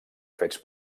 fets